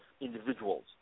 individuals